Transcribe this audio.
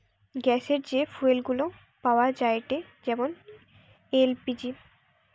গ্যাসের যে ফুয়েল গুলা পাওয়া যায়েটে যেমন এল.পি.জি